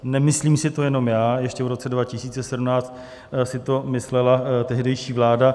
Nemyslím si to jenom já, ještě v roce 2017 si to myslela tehdejší vláda.